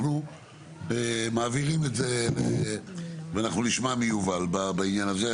אנחנו מעבירים את זה ונשמע מיובל בעניין הזה.